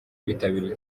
bitabiriye